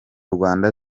rwanda